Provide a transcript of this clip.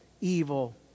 evil